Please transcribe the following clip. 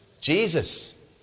Jesus